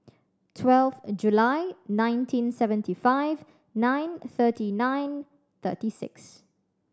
twelve a July nineteen seventy five nine thirty nine thirty six